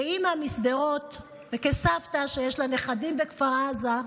כאימא משדרות וכסבתא שיש לה נכדים בכפר עזה,